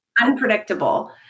unpredictable